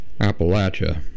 Appalachia